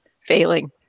failing